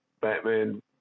Batman